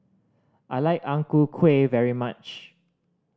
I like Ang Ku Kueh very much